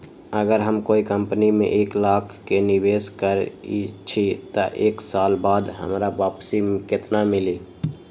अगर हम कोई कंपनी में एक लाख के निवेस करईछी त एक साल बाद हमरा वापसी में केतना मिली?